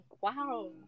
Wow